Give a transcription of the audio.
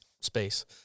space